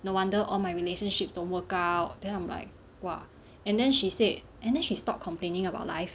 no wonder all my relationship don't work out then I'm like !wah! and then she said and then she stop complaining about life